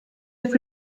have